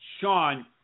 Sean